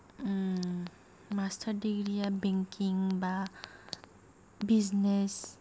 master दिग्रीया banking बा business